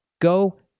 go